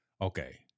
okay